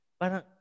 Parang